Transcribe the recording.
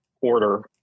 order